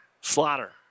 Slaughter